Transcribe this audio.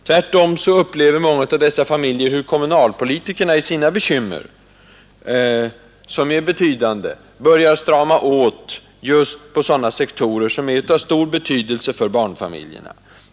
I stället ser familjerna hur kommunalpolitikerna för att klara sina problem, som är betydande, börjar strama åt på just sådana sektorer som är av stor betydelse för barnfamiljerna.